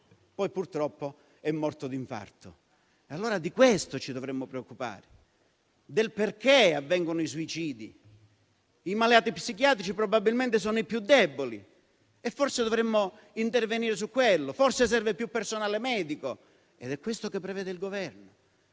poi purtroppo è morto di infarto. Di questo ci dovremmo preoccupare: del perché avvengono i suicidi. I malati psichiatrici probabilmente sono i più deboli e forse dovremmo intervenire su di loro; forse serve più personale medico, ed è questo che prevede il Governo.